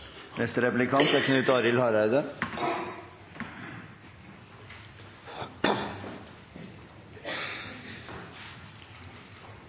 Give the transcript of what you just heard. Neste replikant er